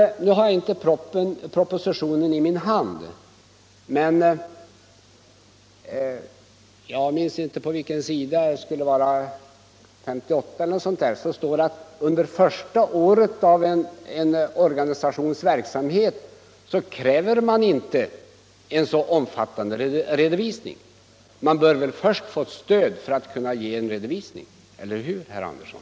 Jag har inte propositionen i min hand, men jag tror det på s. 58 står att man under första året av en organisations verksamhet inte kräver så omfattande redovisning. En organisation bör väl först få stöd för att kunna avge en redovisning, eller hur herr Andersson?